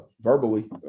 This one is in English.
verbally